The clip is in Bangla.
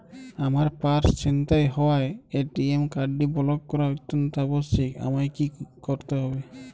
আমার পার্স ছিনতাই হওয়ায় এ.টি.এম কার্ডটি ব্লক করা অত্যন্ত আবশ্যিক আমায় কী কী করতে হবে?